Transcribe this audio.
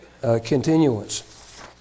continuance